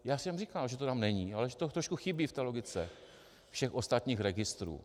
Já jsem říkal, že to tam není, ale že to trošku chybí v té logice všech ostatních registrů.